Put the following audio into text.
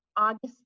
August